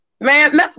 man